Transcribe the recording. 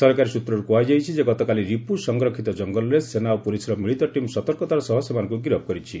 ସରକାରୀ ସୂତ୍ରରୁ କୁହାଯାଇଛି ଯେ ଗତକାଲି ରିପୁ ସଂରକ୍ଷିତ ଜଙ୍ଗଲରେ ସେନା ଓ ପୁଲିସ୍ର ମିଳିତ ଟିମ୍ ସତର୍କତାର ସହ ସେମାନଙ୍କୁ ଗିରଫ୍ କରିଛି